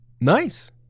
nice